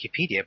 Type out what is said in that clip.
Wikipedia